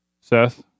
Seth